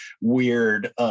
weird